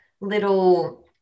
little